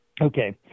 Okay